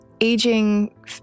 aging